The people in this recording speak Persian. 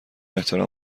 احترام